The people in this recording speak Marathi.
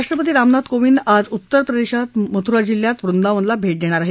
राष्ट्रपती रामनाथ कोविंद आज उत्तरप्रदेशात मथुरा जिल्ह्यात वृदावनला भेट देणार आहेत